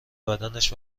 بدنش